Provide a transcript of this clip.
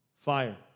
fire